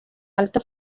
alta